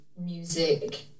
music